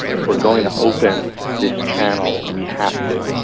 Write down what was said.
if we are going to open this channel we have to